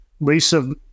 Lisa